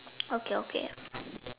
okay okay